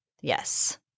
Yes